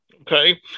okay